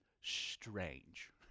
strange